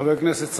חבר הכנסת סעדי,